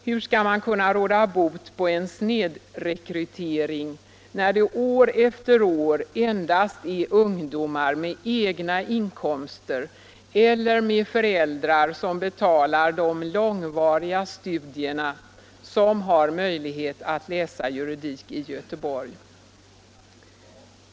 Hur skall man kunna råda bot på en snedrekrytering, när det år efter år endast är ungdomar med egna inkomster eller med föräldrar som betalar de långvariga studierna, som har möjlighet att läsa juridik i Göteborg?